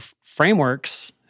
frameworks